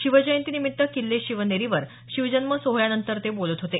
शिवजयंती निमित्त किल्ले शिवनेरीवर शिवजन्म सोहळ्यानंतर ते बोलत होते